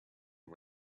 and